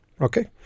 okay